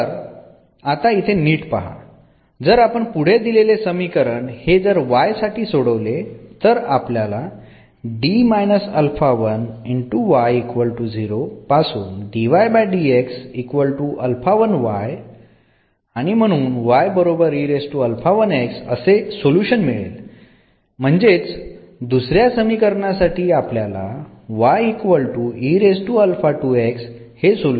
तर आता इथे नीट पहा जर आपण पुढे दिलेले समीकरण हे जर y साठी सोडवले तर आपल्याला असे सोल्युशन मिळेल म्हणजेच दुसऱ्या समीकरणासाठी आपल्याला हे सोल्युशन मिळेल